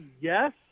yes